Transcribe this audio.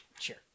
Sure